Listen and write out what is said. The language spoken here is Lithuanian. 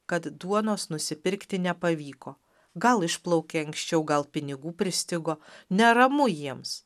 kad duonos nusipirkti nepavyko gal išplaukė anksčiau gal pinigų pristigo neramu jiems